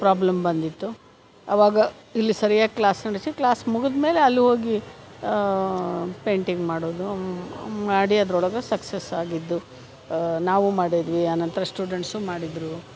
problem ಬಂದಿತ್ತು ಅವಾಗ ಇಲ್ಲಿ ಸರಿಯಾಗಿ ಕ್ಲಾಸ್ ನಡೆಸಿ ಕ್ಲಾಸ್ ಮುಗಿದ್ಮೇಲೆ ಅಲ್ಲೋಗಿ ಪೇಂಟಿಂಗ್ ಮಾಡೋದು ಮಾಡಿ ಅದ್ರೊಳಗೆ ಸಕ್ಸಸ್ ಆಗಿದ್ದು ನಾವು ಮಾಡಿದ್ವಿ ಆನಂತರ ಸ್ಟುಡೆಂಟ್ಸೂ ಮಾಡಿದರು